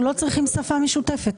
אנחנו לא צריכים שפה משותפת.